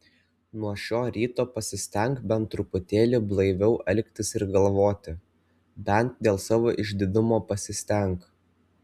nuo šio ryto pasistenk bent truputėlį blaiviau elgtis ir galvoti bent dėl savo išdidumo pasistenk